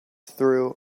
through